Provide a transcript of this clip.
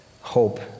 hope